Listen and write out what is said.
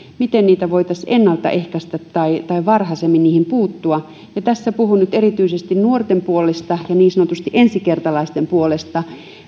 miten niitä voitaisiin ennalta ehkäistä tai tai varhaisemmin niihin puuttua tässä puhun nyt erityisesti nuorten ja niin sanottujen ensikertalaisten puolesta